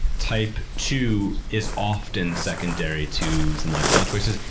type two is often secondary to some lifestyle choices.